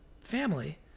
family